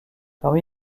parmi